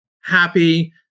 happy